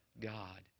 God